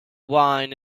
wine